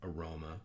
aroma